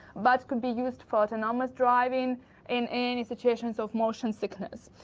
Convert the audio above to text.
but can be used for autonomous driving in any situations of motion sickness.